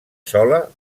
sola